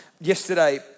yesterday